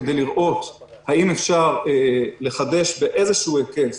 כדי לראות האם אפשר לחדש באיזשהו היקף